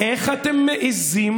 אריאל שרון היה אז ראש הממשלה.